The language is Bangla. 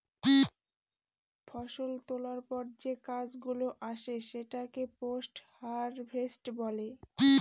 ফষল তোলার পর যে কাজ গুলো আসে সেটাকে পোস্ট হারভেস্ট বলে